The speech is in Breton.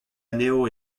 anezho